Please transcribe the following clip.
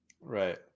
right